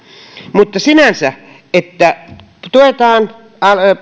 mutta sinänsä se että tuetaan